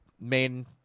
main